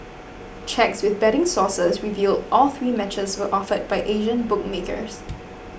checks with betting sources revealed all three matches were offered by Asian bookmakers